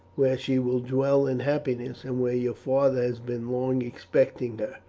where she will dwell in happiness, and where your father has been long expecting her.